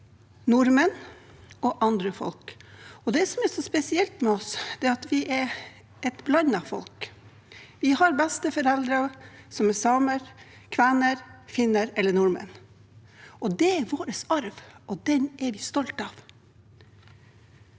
nordmenn og andre folk. Det som er så spesielt med oss, er at vi er et blandet folk. Vi har besteforeldre som er samer, kvener, finner eller nordmenn. Det er vår arv, og den er vi stolt av.